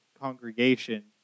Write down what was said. congregation